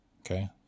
Okay